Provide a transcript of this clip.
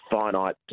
finite